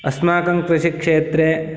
अस्माकं कृषिक्षेत्रे